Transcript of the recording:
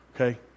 okay